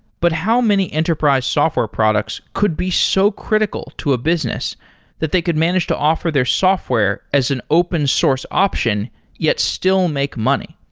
but how many enterprise software products could be so critical to a business that they could manage to offer their software as an open source option yet still make money?